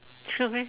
should be